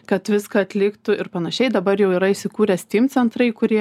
kad viską atliktų ir panašiai dabar jau yra įsikūrę stym centrai kurie